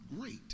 great